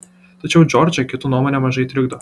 tačiau džordžą kitų nuomonė mažai trikdo